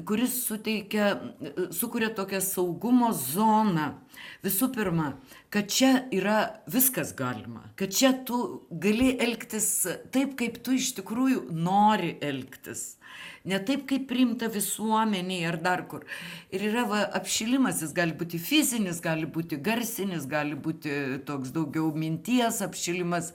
kuris suteikia sukuria tokią saugumo zoną visų pirma kad čia yra viskas galima kad čia tu gali elgtis taip kaip tu iš tikrųjų nori elgtis ne taip kaip priimta visuomenėj ar dar kur ir yra va apšilimas jis gali būti fizinis gali būti garsinis gali būti toks daugiau minties apšilimas